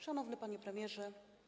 Szanowny Panie Premierze!